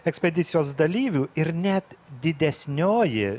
ekspedicijos dalyvių ir net didesnioji